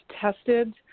tested